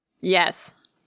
yes